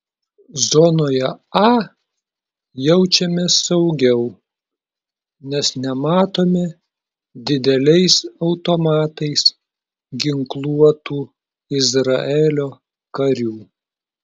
zonoje a jaučiamės saugiau nes nematome dideliais automatais ginkluotų izraelio karių